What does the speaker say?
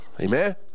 amen